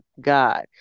God